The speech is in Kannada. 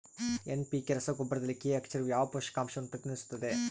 ಎನ್.ಪಿ.ಕೆ ರಸಗೊಬ್ಬರದಲ್ಲಿ ಕೆ ಅಕ್ಷರವು ಯಾವ ಪೋಷಕಾಂಶವನ್ನು ಪ್ರತಿನಿಧಿಸುತ್ತದೆ?